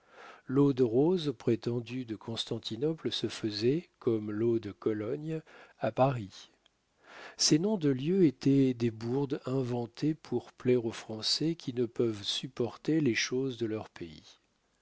de rose prétendue de constantinople se faisait comme l'eau de cologne à paris ces noms de lieux étaient des bourdes inventées pour plaire aux français qui ne peuvent supporter les choses de leur pays